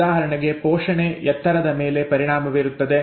ಉದಾಹರಣೆಗೆ ಪೋಷಣೆ ಎತ್ತರದ ಮೇಲೆ ಪರಿಣಾಮ ಬೀರುತ್ತದೆ